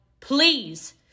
Please